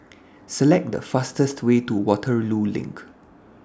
Select The fastest Way to Waterloo LINK